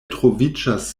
troviĝas